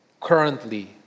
currently